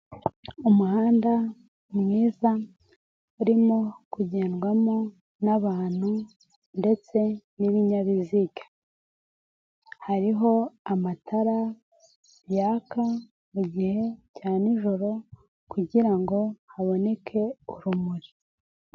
Umuhanda mwiza urimo kugendwamo n'abantu ndetse n'ibinyabiziga, hariho amatara yaka mu gihe cya nijoro kugira ngo haboneke urumuri.